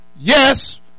Yes